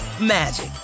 magic